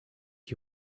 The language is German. die